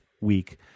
week